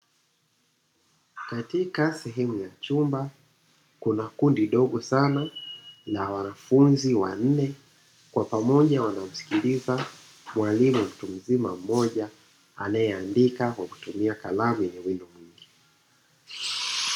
Katika sehemu ya chumba, kuna kundi dogo sana la wanafunzi wanne kwa pamoja wanamsikiliza mwalimu mtu mzima mmoja anayeandika kwa kutumia kalamu yenye wino mwingi.